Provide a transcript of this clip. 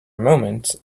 moment